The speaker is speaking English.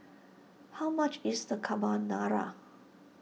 how much is the Carbonara